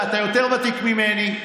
ואתה יותר ותיק ממני?